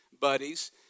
buddies